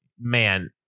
Man